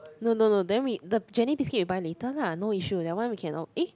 no no no then we the Jenny biscuit we buy later lah no issue that one we can out eh